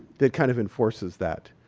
that kind of enforces that.